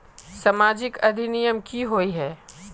सामाजिक अधिनियम की होय है?